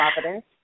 providence